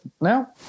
now